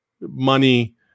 money